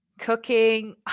Cooking